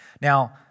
Now